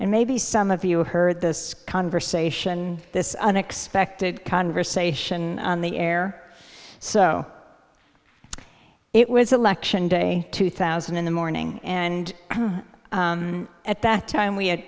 and maybe some of you heard this conversation this unexpected conversation on the air so it was election day two thousand in the morning and at that time we had